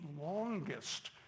longest